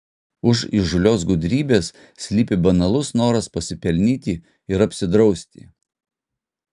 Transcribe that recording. už įžūlios gudrybės slypi banalus noras pasipelnyti ir apsidrausti